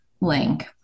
link